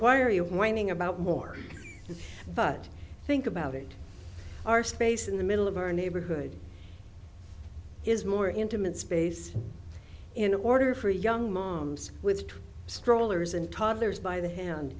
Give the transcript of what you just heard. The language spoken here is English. why are you whining about more but think about it our space in the middle of our neighborhood is more intimate space in order for young moms with strollers and toddlers by the hand